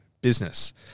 business